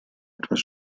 etwas